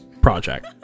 project